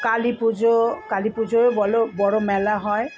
কালী পুজো কালী পুজোয় বলো বড় মেলা হয়